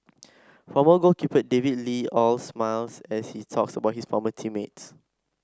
former goalkeeper David Lee all smiles as he talks about his former team mates